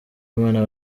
imana